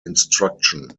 instruction